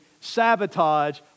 sabotage